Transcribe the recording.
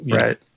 right